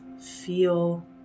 Feel